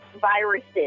viruses